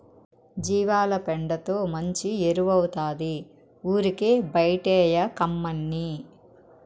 జీవాల పెండతో మంచి ఎరువౌతాది ఊరికే బైటేయకమ్మన్నీ